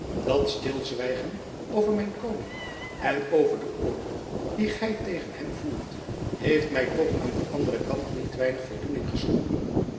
dat stilzwijgen over mijn koning en over den oorlog dien gy tegen hem voert heeft my toch aan den anderen kant niet weinig voldoening geschonken